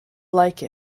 like